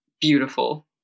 beautiful